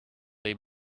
they